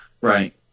Right